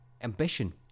ambition